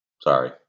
Sorry